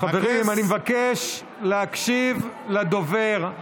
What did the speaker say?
חברי הכנסת, אני מבקש להקשיב לדובר.